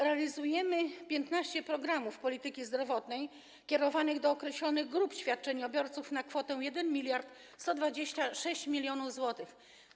Realizujemy 15 programów polityki zdrowotnej kierowanych do określonych grup świadczeniobiorców na kwotę 1126 mln zł.